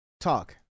talk